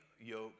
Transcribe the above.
yoke